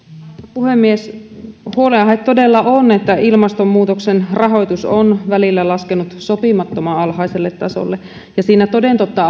puhemies huolenaihe todella on että ilmastonmuutoksen rahoitus on välillä laskenut sopimattoman alhaiselle tasolle ja siinä toden totta